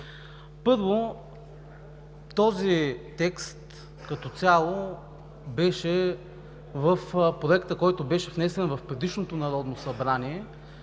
Първо, този текст като цяло беше в проекта, който беше внесен в предишното Народно събрание